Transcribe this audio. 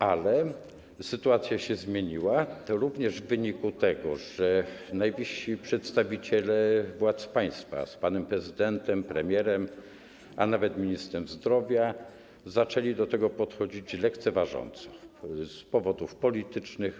Ale sytuacja się zmieniła, również w wyniku tego, że najwyżsi przedstawiciele władz państwa, z panem prezydentem, premierem, a nawet ministrem zdrowia, zaczęli do tego podchodzić lekceważąco z powodów politycznych.